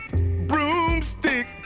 broomstick